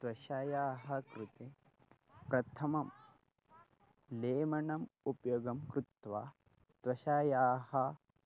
त्वचा कृते प्रथमं लेमणम् उपयोगं कृत्वा त्वशायाः